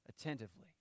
attentively